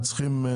צריכים